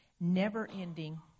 never-ending